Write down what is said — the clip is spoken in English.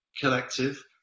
collective